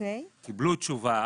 קיבלו תשובה